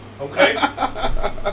okay